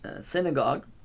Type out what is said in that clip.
synagogue